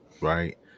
right